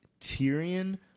Tyrion